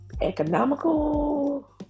economical